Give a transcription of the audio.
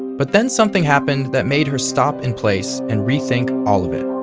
but then something happened that made her stop in place, and rethink all of it